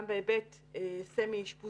גם בהיבט סמי-אשפוזים,